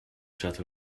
starte